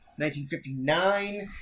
1959